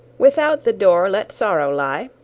without the door let sorrow lie,